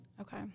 Okay